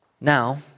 Now